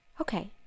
okay